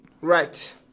Right